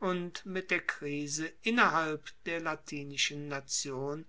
und mit der krise innerhalb der latinischen nation